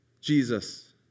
Jesus